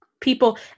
people